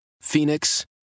Phoenix